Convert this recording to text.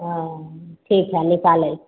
हॅं ठीक हइ निकालै